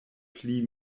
pli